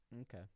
Okay